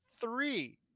three